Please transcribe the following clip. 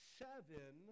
seven